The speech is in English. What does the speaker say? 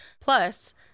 plus